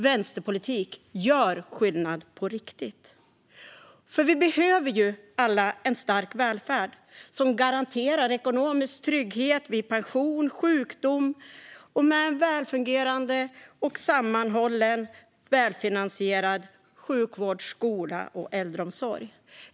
Vänsterpolitik gör skillnad på riktigt. Vi behöver alla en stark välfärd som garanterar ekonomisk trygghet vid pension och sjukdom, med en välfungerande, sammanhållen och välfinansierad sjukvård, skola och äldreomsorg.